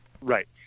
Right